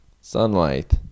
sunlight